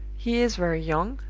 he is very young,